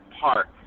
Park